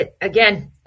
Again